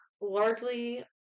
largely